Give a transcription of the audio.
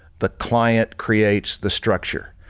the client creates the structure.